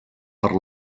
per